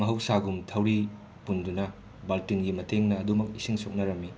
ꯃꯍꯧꯁꯥꯒꯨꯝ ꯊꯧꯔꯤ ꯄꯨꯟꯗꯨꯅ ꯕꯥꯜꯇꯤꯟꯒꯤ ꯃꯇꯦꯡꯅ ꯑꯗꯨꯃꯛ ꯏꯁꯤꯡ ꯁꯣꯛꯅꯔꯝꯃꯤ